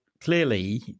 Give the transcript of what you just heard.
clearly